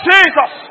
Jesus